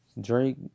Drake